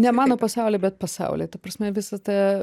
ne mano pasaulyje bet pasaulyje ta prasme visa ta